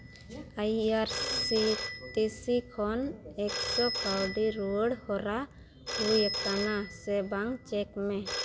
ᱟᱭ R C T C ᱠᱷᱚᱱ ᱮᱠᱥᱚ ᱠᱟᱹᱣᱰᱤ ᱨᱩᱣᱟᱹᱲ ᱦᱚᱨᱟ ᱦᱩᱭ ᱟᱠᱟᱱᱟ ᱥᱮ ᱵᱟᱝ ᱪᱮᱠ ᱢᱮ